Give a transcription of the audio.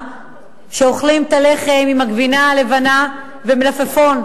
שאוכלים את הלחם עם הגבינה הלבנה ומלפפון.